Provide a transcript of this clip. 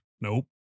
nope